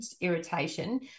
irritation